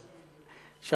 מבקש.